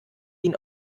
ihn